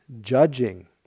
judging